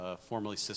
formerly